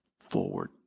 forward